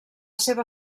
seva